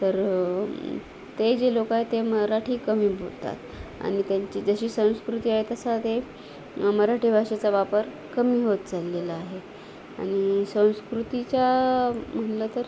तर ते जे लोक आहेत ते मराठी कमी बोलतात आणि त्यांची जशी संस्कृती आहे तसं ते मराठी भाषेचा वापर कमी होत चाललेला आहे आणि संस्कृतीच्या म्हणलं तर